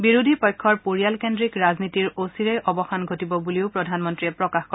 বিৰোধী পক্ষৰ পৰিয়ালকেন্দ্ৰিক ৰাজনীতিৰ অচিৰেই অৱসান ঘটিব বুলিও প্ৰধানমন্ত্ৰীয়ে প্ৰকাশ কৰে